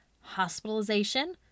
hospitalization